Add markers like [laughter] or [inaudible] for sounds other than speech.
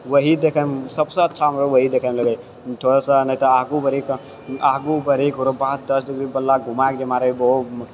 वही देखैमे सभसँ अच्छा हमरो वही देखैमे लगैयै थोड़ासँ नै तऽ आगू बढ़िके आगू बढ़िके ओकरा बाद दस [unintelligible] बल्ला घुमाइके मारैयै उहो